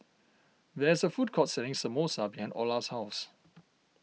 there is a food court selling Samosa behind Orla's house